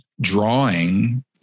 drawing